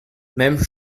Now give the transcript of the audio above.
même